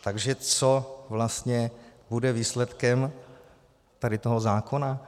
Takže co vlastně bude výsledkem tady toho zákona?